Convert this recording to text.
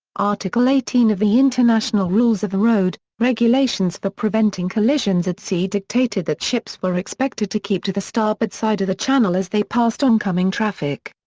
article eighteen of the international rules of the road, regulations for preventing collisions at sea dictated that ships were expected to keep to the starboard side of the channel as they passed oncoming traffic.